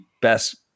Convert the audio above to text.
best